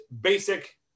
basic